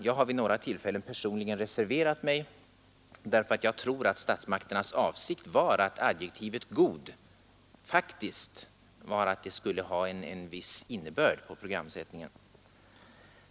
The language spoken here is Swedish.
Jag har vid några tillfällen reserverat mig mot majoritetsbeslut i nämnden, därför att jag tror att statsmakternas avsikt var att adjektivet ”god” faktiskt skulle ha en viss innebörd för programsättningen!